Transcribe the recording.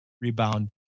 rebound